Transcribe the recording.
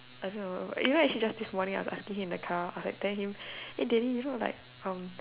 I don't know you know actually just this morning I was asking him in the car I was like telling him hey daddy you know like um